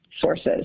sources